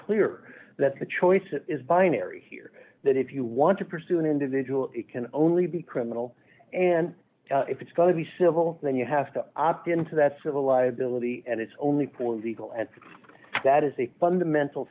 clearer that the choice is binary here that if you want to pursue an individual it can only be criminal and if it's going to be civil then you have to opt in to that civil liability and it's only poor legal and that is a fundamental